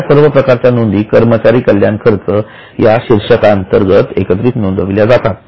अश्या सर्व प्रकारच्या नोंदी कर्मचारी कल्याण खर्च या शीर्षकाअंतर्गत एकत्रित नोंदविल्या जातात